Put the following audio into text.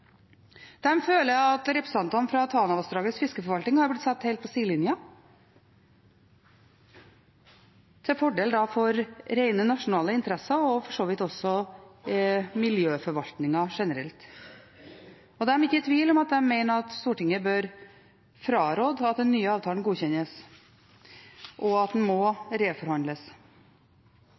føler at representantene fra Tanavassdragets fiskeforvaltning har blitt satt helt på sidelinjen, til fordel for rent nasjonale interesser – og for så vidt også til fordel for miljøforvaltningen generelt. Og de er ikke i tvil – de mener at Stortinget bør fraråde at den nye avtalen godkjennes, og at den må reforhandles.